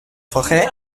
forêt